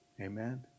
Amen